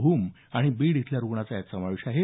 भूम आणि बीड इथल्या रुग्णांचा यात समावेश आहे